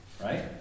right